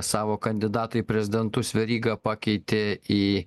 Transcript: savo kandidatą į prezidentus verygą pakeitė į